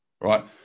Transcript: Right